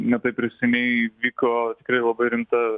ne taip ir seniai vyko tikrai labai rimta